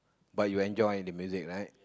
but you enjoy the music right